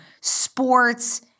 sports